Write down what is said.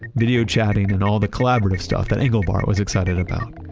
video chatting, and all the collaborative stuff, that engelbart was excited about.